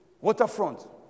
Waterfront